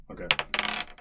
Okay